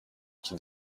qui